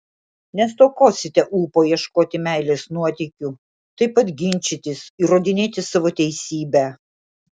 nestokosite ūpo ieškoti meilės nuotykių taip pat ginčytis įrodinėti savo teisybę